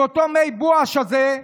עם אותו הבואש הזה,